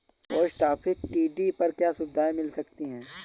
Post office TD पर क्या सुविधाएँ मिल सकती है?